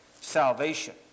salvation